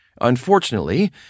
Unfortunately